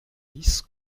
dix